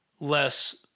less